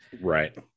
Right